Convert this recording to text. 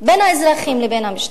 בין האזרחים לבין המשטרה.